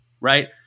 right